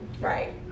Right